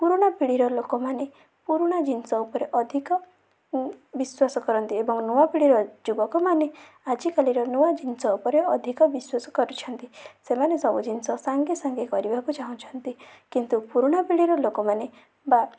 ପୁରୁଣା ପିଢ଼ୀର ଲୋକମାନେ ପୁରୁଣା ଜିନିଷ ଉପରେ ଅଧିକ ବିଶ୍ୱାସ କରନ୍ତି ଏବଂ ନୂଆ ପିଢ଼ୀର ଯୁବକମାନେ ଆଜି କାଲିର ନୂଆ ଜିନିଷ ଉପରେ ଅଧିକ ବିଶ୍ୱାସ କରୁଛନ୍ତି ସେମାନେ ସବୁ ଜିନିଷ ସାଙ୍ଗେ ସାଙ୍ଗେ କରିବାକୁ ଚାହୁଁଛନ୍ତି କିନ୍ତୁ ପୁରୁଣା ପିଢ଼ୀର ଲୋକମାନେ ବା